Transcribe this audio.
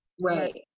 right